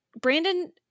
Brandon